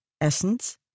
essence